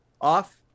off